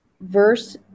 verse